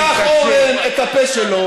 ואז פתח אורן את הפה שלו,